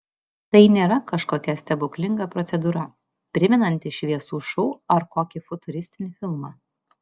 tai nėra kažkokia stebuklinga procedūra primenanti šviesų šou ar kokį futuristinį filmą